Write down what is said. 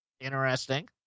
interesting